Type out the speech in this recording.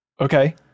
okay